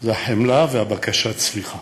זה החמלה ובקשת הסליחה.